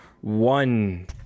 one